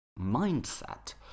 mindset